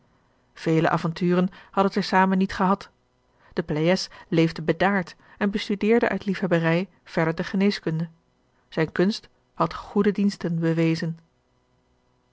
vele avonturen hadden zij zamen niet gehad de pleyes leefde bedaard en bestudeerde uit liefhebberij verder de geneeskunde zijne kunst had goede diensten bewezen